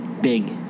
big